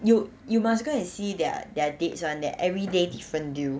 you you must go and see their their dates [one] their everyday different deal